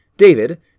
David